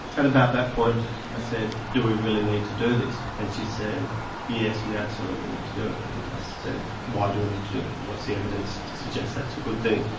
at about that point i said do we really need to do this and she said yes, we absolutely need to do it. and i said why do we need to do it, what's the evidence to suggest that's a good thing?